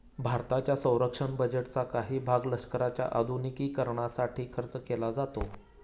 भारताच्या संरक्षण बजेटचा काही भाग लष्कराच्या आधुनिकीकरणासाठी खर्च केला जातो